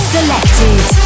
Selected